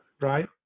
Right